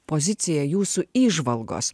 pozicija jūsų įžvalgos